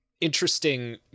interesting